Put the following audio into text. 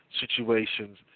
situations